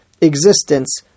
existence